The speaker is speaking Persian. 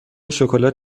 شکلات